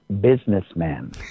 businessman